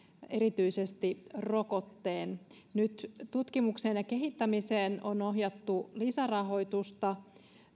erityisesti rokotteen nyt tutkimukseen ja kehittämiseen on ohjattu lisärahoitusta